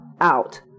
out